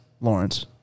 Lawrence